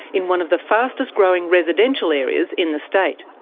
in one of the fastest growing residential areas in the state.